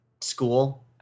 School